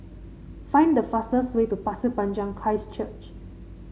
find the fastest way to Pasir Panjang Christ Church